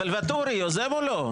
אבל ואטורי יוזם או לא?